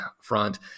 front